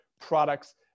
products